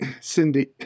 Cindy